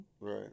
Right